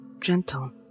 gentle